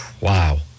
Wow